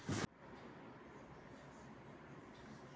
मी अल्कधर्मी माती कशी हाताळू?